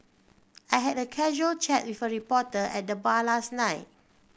I had a casual chat reporter at the bar last night